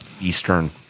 Eastern